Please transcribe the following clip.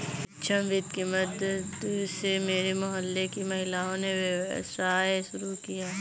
सूक्ष्म वित्त की मदद से मेरे मोहल्ले की महिलाओं ने व्यवसाय शुरू किया है